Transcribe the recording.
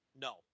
No